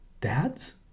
dads